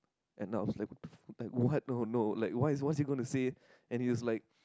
and I was like like what oh no like why what is he gonna say and he was like